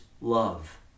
love